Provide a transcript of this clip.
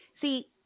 See